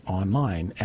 online